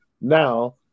Now